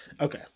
Okay